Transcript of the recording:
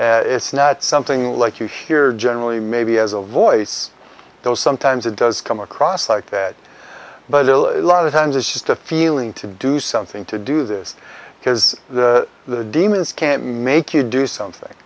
ears it's not something like you hear generally maybe as a voice though sometimes it does come across like that but lot of times it's just a feeling to do something to do this because the demons can make you do something